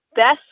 best